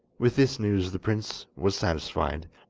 with this news the prince was satisfied,